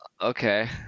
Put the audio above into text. Okay